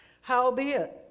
Howbeit